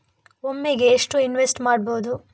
ಒಮ್ಮೆಗೆ ಎಷ್ಟು ಇನ್ವೆಸ್ಟ್ ಮಾಡ್ಬೊದು?